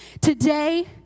Today